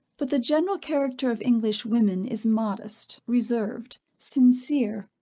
but the general character of english women is modest, reserved, sincere,